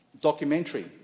documentary